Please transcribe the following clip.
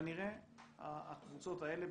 כנראה הקבוצות האלה,